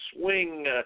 swing